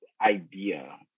idea